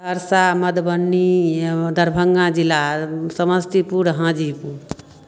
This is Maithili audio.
सहरसा मधुबनी दरभंगा जिला समस्तीपुर हाजीपुर